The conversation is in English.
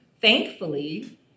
Thankfully